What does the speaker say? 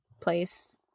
place